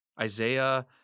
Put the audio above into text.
Isaiah